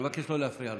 אני מבקש לא להפריע לו.